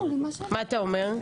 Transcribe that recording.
מה אתה אומר?